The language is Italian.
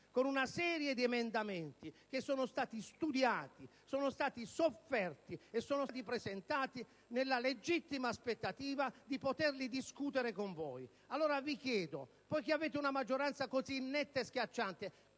con una serie di emendamenti che sono stati studiati, sofferti e presentati nella legittima aspettativa di poterli discutere con voi. Vi chiedo allora: poiché avete una maggioranza così netta e schiacciante,